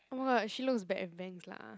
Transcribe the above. oh-my-god she looks bad with bangs lah